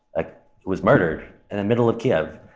ah was murdered in the middle of kyiv.